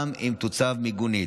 גם אם תוצב מיגונית,